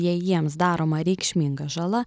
jei jiems daroma reikšminga žala